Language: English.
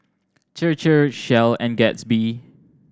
Chir Chir Shell and Gatsby